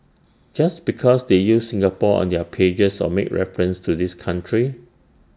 just because they use Singapore on their pages or make references to this country